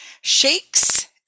shakes